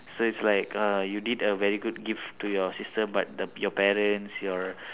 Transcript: so it's like uh you did a very good gift to your sister but the your parents your